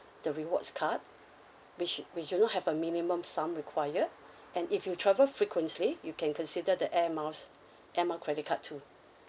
the rewards card which which you don't have a minimum sum required and if you travel frequently you can consider the air miles air miles credit card too